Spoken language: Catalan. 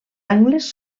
angles